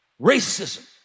racism